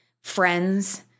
friends